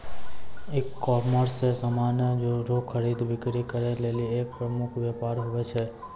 ecommerce समान रो खरीद बिक्री करै लेली एक प्रमुख वेपार हुवै छै